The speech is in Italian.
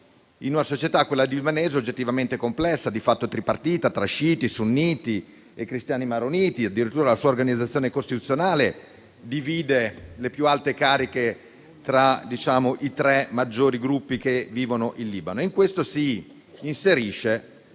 in una società, quella libanese, oggettivamente complessa, di fatto tripartita tra sciiti, sunniti e cristiani maroniti; addirittura la sua organizzazione costituzionale divide le più alte cariche tra i tre maggiori gruppi che vivono in Libano.